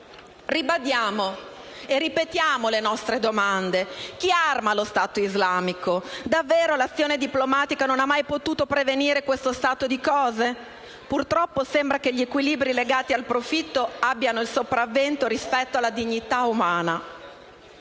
Ribadiamo e ripetiamo le nostre domande: chi arma lo Stato islamico? Davvero l'azione diplomatica non ha mai potuto prevenire questo stato di cose? Purtroppo sembra che gli equilibri legati al profitto abbiano il sopravvento sulla dignità umana.